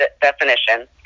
definition